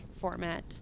format